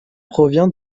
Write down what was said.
provient